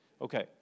Okay